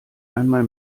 einmal